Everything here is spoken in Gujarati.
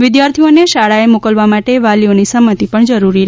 વિદ્યાર્થીઓને શાળાઓ મોકલવા માટે વાલીઓની સંમતિ પણ જરૂરી રહેશે